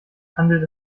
handelt